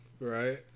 right